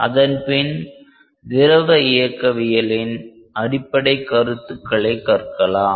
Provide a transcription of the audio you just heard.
அதன்பின் திரவ இயக்கவியலின் அடிப்படைக் கருத்துக்களை கற்கலாம்